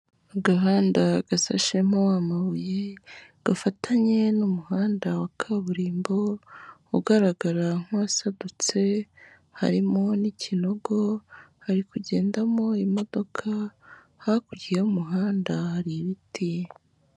Agahanda gasashemo amabuye gafatanye n'umuhanda wa kaburimbo ugaragara nk'uwasadutse harimo n'ikinogo hari kugendamo imodoka, hakurya y'umuhanda hari ibiti.